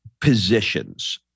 positions